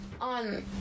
on